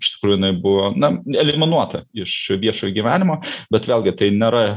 iš tikrųjų jinai buvo na eliminuota iš viešo gyvenimo bet vėlgi tai nėra